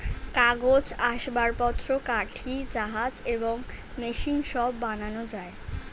কাগজ, আসবাবপত্র, কাঠি, জাহাজ এবং মেশিন সব বানানো যায়